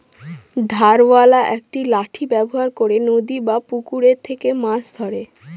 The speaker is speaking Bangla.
ধারওয়ালা একটি লাঠি ব্যবহার করে নদী বা পুকুরে থেকে মাছ ধরে